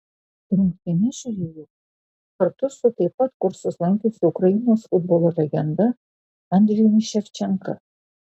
rungtynes žiūrėjau kartu su taip pat kursus lankiusiu ukrainos futbolo legenda andrijumi ševčenka